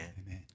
Amen